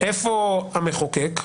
איפה המחוקק?